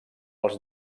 els